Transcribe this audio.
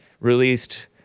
released